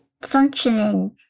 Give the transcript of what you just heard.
functioning